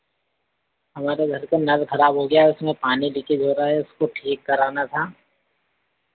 हमारे घर का नल खराब हो गया है उसमें पानी लीकेज हो रहा है उसको ठीक कराना था